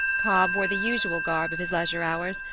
cobb wore the usual garb of his leisure hours,